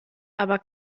aber